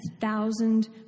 thousand